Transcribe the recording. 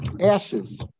ashes